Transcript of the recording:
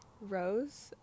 rose